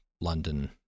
London